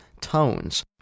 tones